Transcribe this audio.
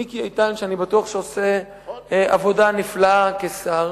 מיקי איתן, שאני בטוח שעושה עבודה נפלאה כשר,